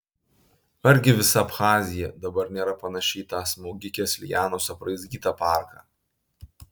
argi visa abchazija dabar nėra panaši į tą smaugikės lianos apraizgytą parką